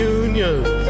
unions